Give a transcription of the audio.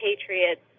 Patriots